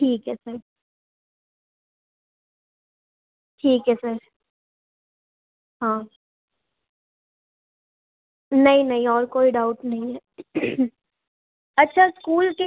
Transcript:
ठीक है सर ठीक है सर हाँ नहीं नहीं और कोई डाउट नहीं है अच्छा स्कूल के